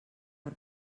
per